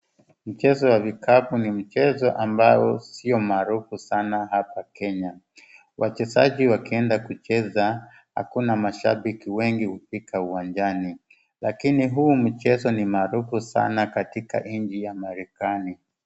Michezo ya vikapu ni michezo ambao sio maarufu sana hapa Kenya. Wachezaji wakienda kucheza, hakuna mashabiki wengi hufika uwanjani. Lakini huu mchezo ni maarufu sana katika nchi ya Marekani.